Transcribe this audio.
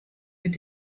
mit